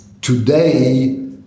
today